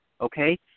okay